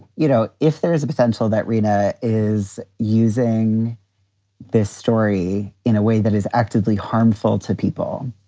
you know, if there is a potential that rina is using this story in a way that is actively harmful to people,